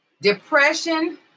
Depression